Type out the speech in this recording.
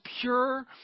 pure